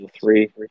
three